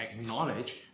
acknowledge